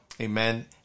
Amen